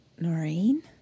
Noreen